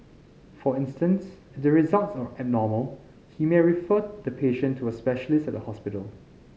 for instance if the results are abnormal he may refer to patient to a specialist at a hospital